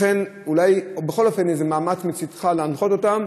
לכן אולי בכל אופן איזה מאמץ מצדך להנחות אותם,